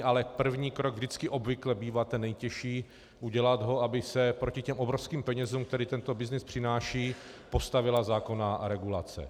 Ale první krok vždycky obvykle bývá ten nejtěžší, udělat ho, aby se proti obrovským penězům, které tento byznys přináší, postavila zákonná regulace.